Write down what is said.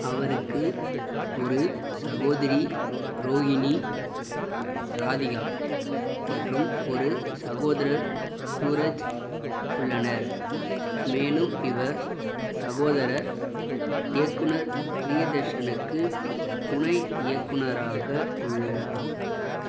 அவருக்கு ஒரு சகோதரி ரோகினி ராதிகா மற்றும் ஒரு சகோதரர் சூரஜ் உள்ளனர் மேலும் இவர் சகோதரர் இயக்குனர் பிரியதர்ஷனுக்கு துணை இயக்குனராக உள்ளார்